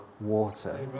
water